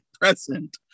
present